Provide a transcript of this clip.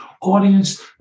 Audience